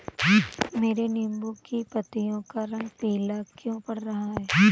मेरे नींबू की पत्तियों का रंग पीला क्यो पड़ रहा है?